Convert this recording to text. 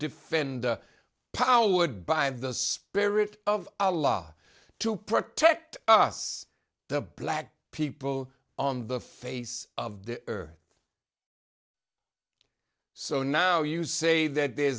defend powered by the spirit of a law to protect us the black people on the face of the earth so now you say that the